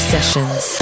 Sessions